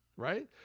right